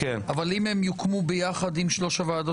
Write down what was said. אבל אם הם יוקמו ביחד עם שלוש הוועדות?